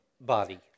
body